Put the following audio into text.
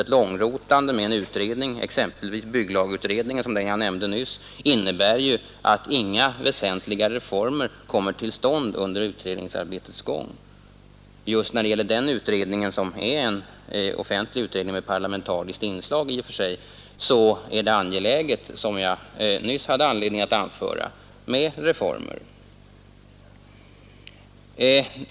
Ett långrotande med en utredning, exempelvis bygglagutredningen, som jag nämnde nyss, innebär ju att inga väsentliga reformer kommer till stånd under den tid utredningsarbetet pågår. Just när det gäller den utredningen som är en offentlig utredning med parlamentariskt inslag är det angeläget med reformer, som jag nyss hade anledning anföra.